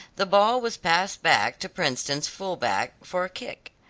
the ball was passed back to princeton's full-back for a kick.